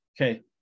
Okay